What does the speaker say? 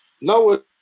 No